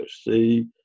see